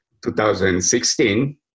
2016